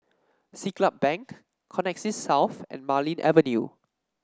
Siglap Bank Connexis South and Marlene Avenue